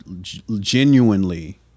genuinely